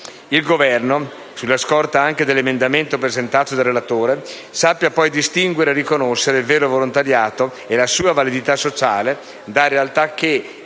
Il Governo, sulla scorta anche dell'emendamento presentato dal relatore, sappia poi distinguere e riconoscere il vero volontariato e la sua validità sociale, da realtà che,